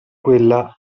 quella